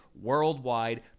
Worldwide